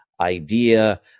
idea